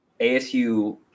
ASU